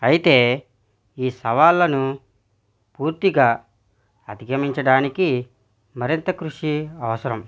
అయితే ఈ సవాళ్ళను పూర్తిగా అధిగమించడానికి మరింత కృషి అవసరం